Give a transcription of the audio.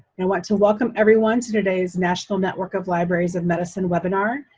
and want to welcome everyone to today's national network of libraries of medicine webinar.